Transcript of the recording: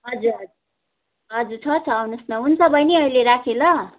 हजुर हजुर हजुर छ छ आउनुहोस् हुन्छ बहिनी अहिले राखेँ ल